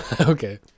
Okay